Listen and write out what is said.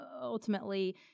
ultimately